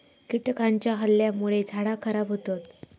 कीटकांच्या हल्ल्यामुळे झाडा खराब होतत